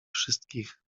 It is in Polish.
wszystkich